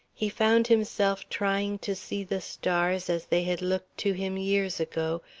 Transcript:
he found himself trying to see the stars as they had looked to him years ago,